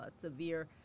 severe